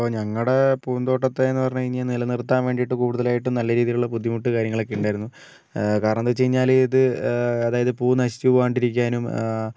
ഇപ്പോൾ ഞങ്ങളുടെ പൂന്തോട്ടത്തേ എന്ന് പറഞ്ഞുകഴിഞ്ഞാൽ നിലനിർത്താൻ വേണ്ടിയിട്ട് കൂടുതലായിട്ട് നല്ല രീതിയിലുള്ള ബുദ്ധിമുട്ട് കാര്യങ്ങളൊക്കേ ഉണ്ടായിരുന്നു കാരണമെന്തെന്ന് വെച്ചാൽ ഇത് അതായത് പൂ നശിച്ചു പോകാണ്ടിരിക്കാനും